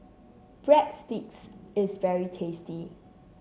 Breadsticks is very tasty